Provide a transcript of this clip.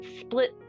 split